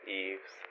eaves